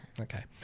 Okay